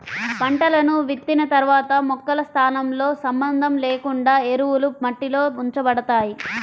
పంటలను విత్తిన తర్వాత మొక్కల స్థానంతో సంబంధం లేకుండా ఎరువులు మట్టిలో ఉంచబడతాయి